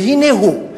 והנה הוא,